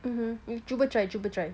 cuba try cuba try